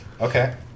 Okay